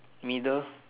middle